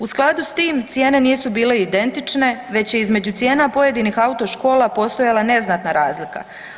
U skladu s tim cijene nisu bile identične već je između cijena pojedinih autoškola postojala neznatna razlika.